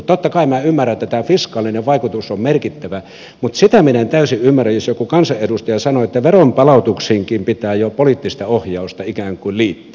totta kai minä ymmärrän että fiskaalinen vaikutus on merkittävä mutta sitä minä en täysin ymmärrä jos joku kansanedustaja sanoo että veronpalautuksiinkin pitää jo poliittista ohjausta ikään kuin liittää